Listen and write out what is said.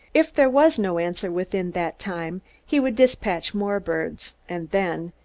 if there was no answer within that time he would despatch more birds, and then,